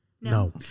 No